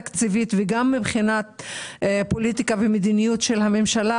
תקציבית וגם מבחינת פוליטיקה ומדיניות של הממשלה,